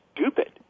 stupid